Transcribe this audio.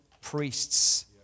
priests